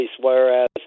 whereas